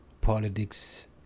politics